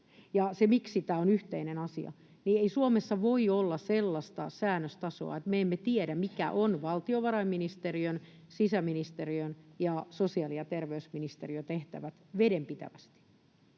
miksi tämä on yhteinen asia, niin ei Suomessa voi olla sellaista säädöstasoa, että me emme tiedä, mitkä ovat valtiovarainministeriön, sisäministeriön ja sosiaali- ja terveysministeriön tehtävät vedenpitävästi.